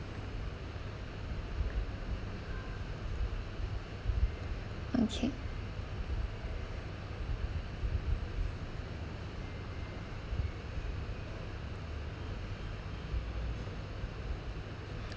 okay